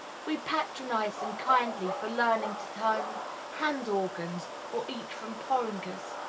we patronize them kindly for learning to turn hand-organs or eat from porringers.